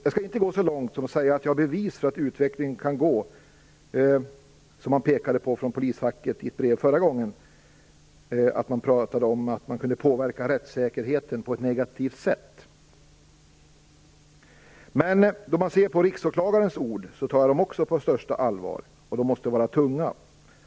Jag skall inte gå så långt som att säga att jag har bevis för att utvecklingen kan bli sådan som man pekade på i ett brev från polisfacket förra gången. Man pratade om att rättssäkerheten kunde påverkas på ett negativt sätt. Men jag tar riksåklagarens ord på största allvar, de måste vara tunga.